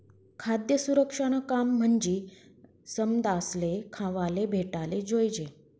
खाद्य सुरक्षानं काम म्हंजी समदासले खावाले भेटाले जोयजे